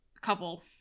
couple